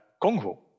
Congo